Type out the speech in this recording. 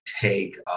take